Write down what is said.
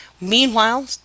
meanwhile